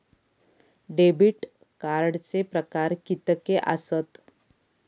Debit कार्डचे प्रकार कीतके आसत?